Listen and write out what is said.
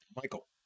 Michael